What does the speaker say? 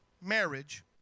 marriage